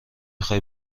خوای